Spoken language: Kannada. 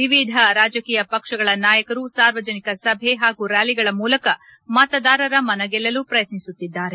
ವಿವಿಧ ರಾಜಕೀಯ ಪಕ್ಷಗಳ ನಾಯಕರು ಸಾರ್ವಜನಿಕ ಸಭೆ ಹಾಗೂ ರ್ಯಾಲಿಗಳ ಮೂಲಕ ಮತದಾರರ ಮನಗೆಲ್ಲಲು ಪ್ರಯತ್ನಿಸುತ್ತಿದ್ದಾರೆ